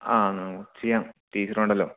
ആ നമുക്ക് ചെയ്യാം ടീച്ചറുണ്ടല്ലോ